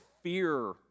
Fear